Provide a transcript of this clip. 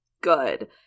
good